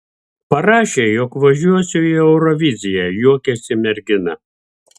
parašė jog važiuosiu į euroviziją juokėsi mergina